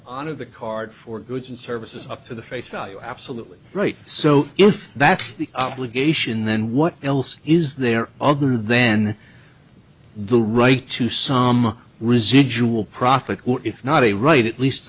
customer on of the card for goods and services up to the face value absolutely right so if that's the obligation then what else is there other then the right to some residual profit if not a right at least